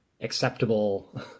acceptable